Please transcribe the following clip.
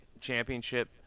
championship